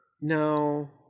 no